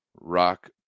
Rock